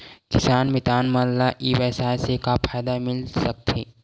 किसान मितान मन ला ई व्यवसाय से का फ़ायदा मिल सकथे?